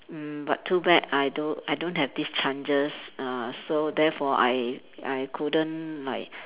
mm but too bad I don't I don't have this chances uh so therefore I I couldn't like